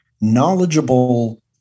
knowledgeable